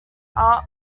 art